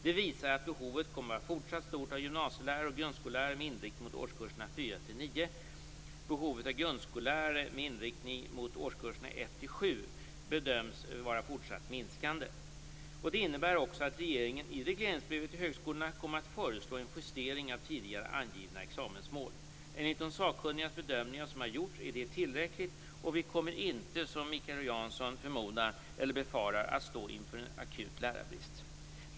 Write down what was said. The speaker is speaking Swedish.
Dessa visar att behovet kommer att vara fortsatt stort av gymnasielärare och grundskollärare med inriktning mot årskurserna 4-9. Behovet av grundskollärare med inriktning mot årskurserna 1-7 bedöms vara fortsatt minskande. Detta innebär att regeringen i regleringsbrevet till högskolorna kommer att föreslå en justering av tidigare angivna examensmål. Enligt de sakkunniga bedömningar som har gjorts är detta tillräckligt, och vi kommer inte, som Mikael Jansson förmodar eller befarar, att stå inför en akut lärarbrist.